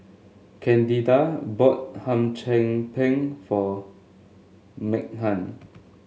Candida bought Hum Chim Peng for Meaghan